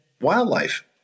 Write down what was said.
wildlife